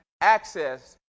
access